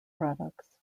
products